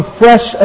fresh